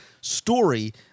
story